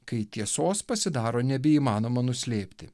kai tiesos pasidaro nebeįmanoma nuslėpti